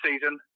season